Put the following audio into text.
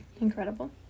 Incredible